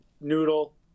noodle